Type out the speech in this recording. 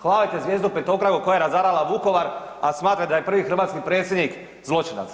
Hvalite zvijezdu petokraku koja je razarala Vukovar, a smatrate da je prvi hrvatski predsjednik zločinac.